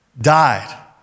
died